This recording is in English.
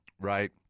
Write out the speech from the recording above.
right